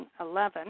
2011